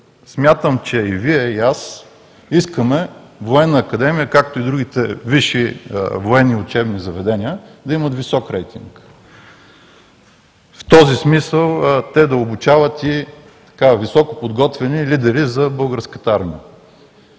смятам, че и Вие, и аз искаме Военна академия, както и другите висши военни учебни заведения, да имат висок рейтинг. В този смисъл те да обучават високо подготвени лидери за Българската армия.